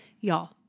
y'all